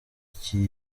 ikipe